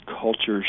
cultures